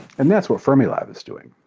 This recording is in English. and that's what fermilab is doing.